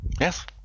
Yes